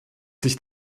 sich